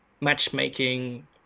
matchmaking